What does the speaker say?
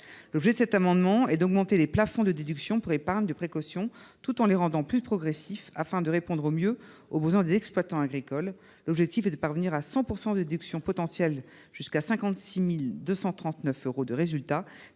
L’objet de cet amendement est d’augmenter les plafonds de déduction pour épargne de précaution, tout en les rendant plus progressifs, afin de répondre au mieux aux besoins des exploitants agricoles. L’objectif est de parvenir à 100 % de déduction potentielle jusqu’à 56 239 euros de résultat,